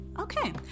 Okay